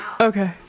Okay